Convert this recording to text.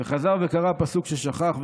וחזר וקרא פסוק ששכח,